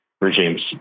regimes